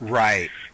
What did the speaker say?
right